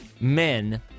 men